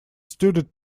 studied